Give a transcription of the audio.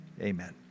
Amen